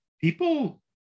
people